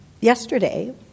yesterday